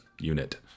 Unit